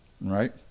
right